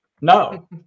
No